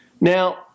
Now